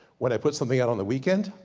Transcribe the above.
when i put something out on the weekend,